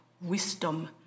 wisdom